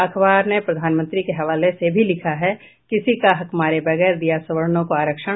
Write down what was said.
अखबार ने प्रधानमंत्री के हवाले से भी लिखा है किसी का हक मारे बगैर दिया सवर्णों को आरक्षण